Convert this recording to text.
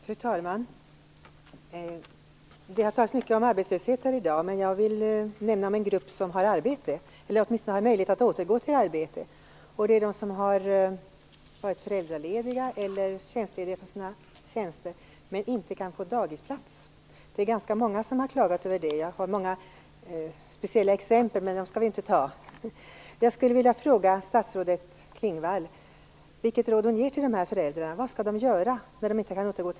Fru talman! Det har talats mycket om arbetslöshet här i dag, men jag vill nämna en grupp som har arbete eller åtminstone har möjlighet att återgå till arbete. Det är de som har varit föräldralediga eller tjänstlediga från sina tjänster och inte kan få dagisplats. Det är ganska många som har klagat över det. Jag har många enskilda exempel, men dem skall vi ju inte ta upp.